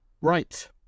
Right